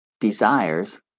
desires